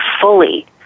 fully